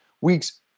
weeks